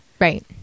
Right